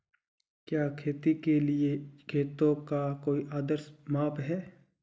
क्या खेती के लिए खेतों का कोई आदर्श माप है?